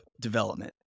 development